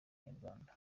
abanyarwanda